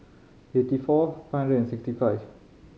eighty four five hundred and sixty five